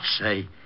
say